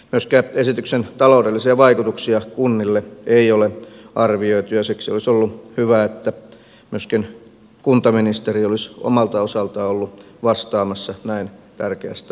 myöskään esityksen taloudellisia vaikutuksia kunnille ei ole arvioitu ja siksi olisi ollut hyvä että myöskin kuntaministeri olisi omalta osaltaan ollut vastaamassa näin tärkeästä asiasta